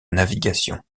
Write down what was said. navigation